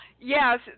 yes